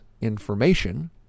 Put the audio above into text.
information